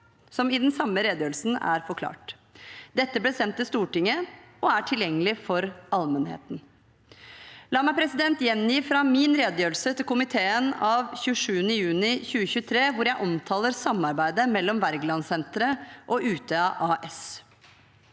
som i den samme redegjørelsen er forklart. Dette ble sendt til Stortinget og er tilgjengelig for allmennheten. La meg gjengi fra min redegjørelse til komiteen av 27. juni 2023, hvor jeg omtaler samarbeidet mellom Wergelandsenteret og Utøya AS: